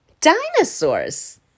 dinosaurs